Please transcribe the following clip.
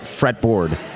fretboard